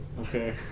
Okay